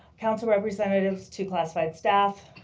council representatives, two classified staff,